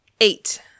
Eight